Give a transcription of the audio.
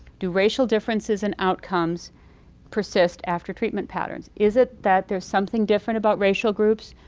do racial differences and outcomes persist after treatment patterns? is it that there's something different about racial groups?